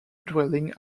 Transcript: dwelling